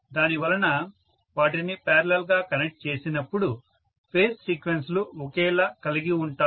దానివలన వాటిని పారలల్ గా కనెక్ట్ చేసినప్పుడు ఫేజ్ సీక్వెన్స్ లు ఒకేలా కలిగివుంటాను